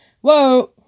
whoa